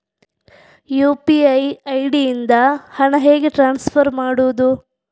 UPI ID ಇಂದ ಹಣ ಹೇಗೆ ಟ್ರಾನ್ಸ್ಫರ್ ಮಾಡುದು?